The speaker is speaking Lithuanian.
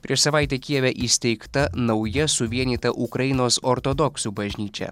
prieš savaitę kijeve įsteigta nauja suvienyta ukrainos ortodoksų bažnyčia